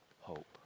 hope